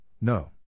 no